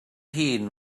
hun